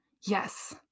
yes